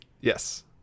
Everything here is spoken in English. Yes